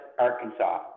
Arkansas